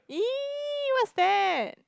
!ee! what's that